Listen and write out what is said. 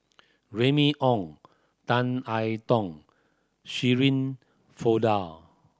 Remy Ong Tan I Tong Shirin Fozdar